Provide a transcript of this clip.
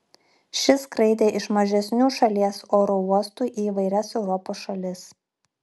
ši skraidė iš mažesnių šalies oro uostų į įvairias europos šalis